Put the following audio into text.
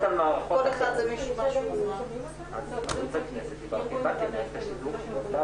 אי תיקון חוק יסוד לעניין תקציב משק המדינה 2020-2021. מה אתם עושים?